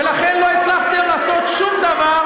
ולכן לא הצלחתם לעשות שום דבר,